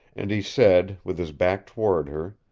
and he said, with his back toward her,